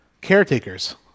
caretakers